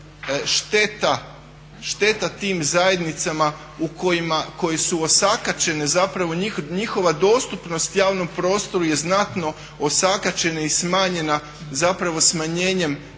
šteta tim zajednicama u kojima, koje su osakaćene, zapravo njihova dostupnost javnom prostoru je znatno osakaćena i smanjena zapravo smanjenjem